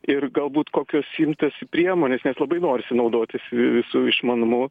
ir galbūt kokios imtasi priemonės nes labai norisi naudotis visu išmanumu